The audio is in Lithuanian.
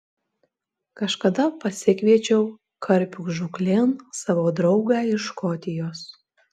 kažkada pasikviečiau karpių žūklėn savo draugą iš škotijos